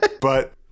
but-